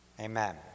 Amen